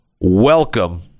Welcome